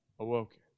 awoken